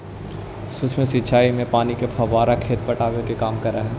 सूक्ष्म सिंचाई में पानी के फव्वारा खेत पटावे के काम करऽ हइ